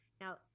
now